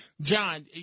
John